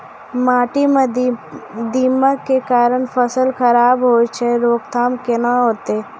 माटी म दीमक के कारण फसल खराब होय छै, रोकथाम केना होतै?